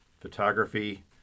photography